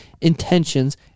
intentions